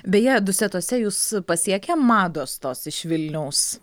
beje dusetose jus pasiekė mados tos iš vilniaus